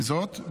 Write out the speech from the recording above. עם זאת,